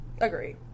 Agree